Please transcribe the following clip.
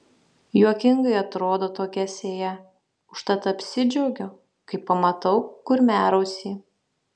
juokingai atrodo tokia sėja užtat apsidžiaugiu kai pamatau kurmiarausį